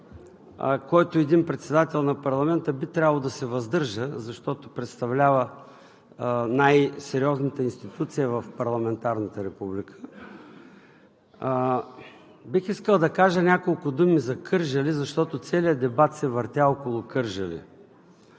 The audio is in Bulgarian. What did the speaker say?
който един председател на парламента би трябвало да се въздържа, защото представлява най-сериозната институция в парламентарната република, бих искал да кажа няколко думи за Кърджали, защото целият дебат се въртя около Кърджали.